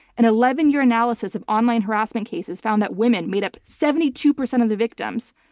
an eleven year analysis of online harassment cases found that women made up seventy two percent of the victims.